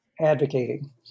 advocating